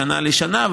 משנה לשנה,